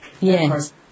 Yes